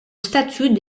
statut